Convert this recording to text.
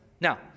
Now